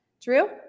Drew